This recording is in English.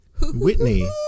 Whitney